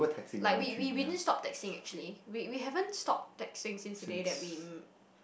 like we we we didn't stop texting actually we we haven't stoped texting since today that we m~